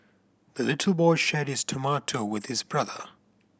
the little boy shared his tomato with his brother